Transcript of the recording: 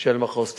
של מחוז תל-אביב.